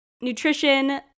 nutrition